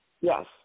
Yes